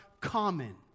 common